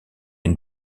une